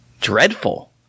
dreadful